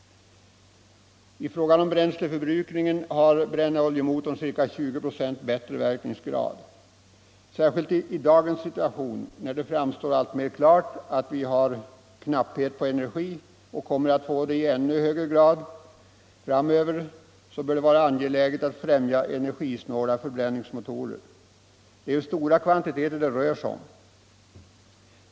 I fråga om bränsleförbrukningen har brännoljemotorn ca 20 procents högre verkningsgrad. Särskilt i dagens situation, när det framstår alltmer klart att vi har knapphet på energi och kommer att få det ännu mer framöver, bör det vara angeläget att främja energisnåla förbränningsmotorer. Det är ju stora kvaniteter det rör sig om.